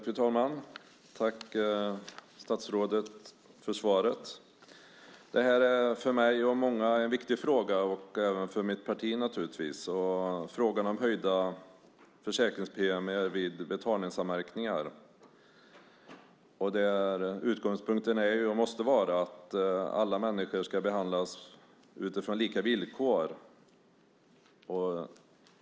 Fru talman! Tack statsrådet för svaret! Detta är för mig, mitt parti och många andra en viktig fråga, nämligen frågan om höjda försäkringspremier vid betalningsanmärkningar. Utgångspunkten är, och måste vara, att alla människor ska behandlas utifrån lika villkor.